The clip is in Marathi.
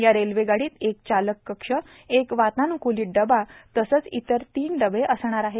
या रेल्वेगाडीत एक चालक कक्ष एक वातान्कूलीत डबा तसंच इतर तीन डबे असणार आहे